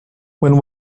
when